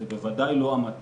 זו בוודאי לא המטרה.